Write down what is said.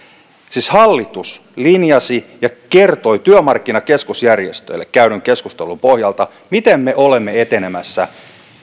siis hallitus linjasi ja kertoi työmarkkinakeskusjärjestöjen kanssa käydyn keskustelun pohjalta miten me olemme etenemässä